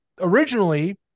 Originally